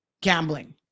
gambling